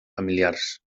familiars